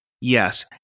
yes